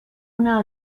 una